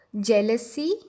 jealousy